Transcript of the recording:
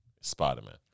Spider-Man